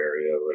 area